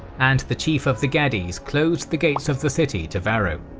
and the chief of the gades closed the gates of the city to varro.